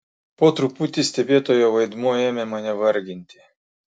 po truputį stebėtojo vaidmuo ėmė mane varginti